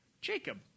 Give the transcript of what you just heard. Jacob